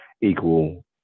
equal